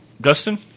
Dustin